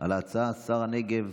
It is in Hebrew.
על ההצעה שר הנגב,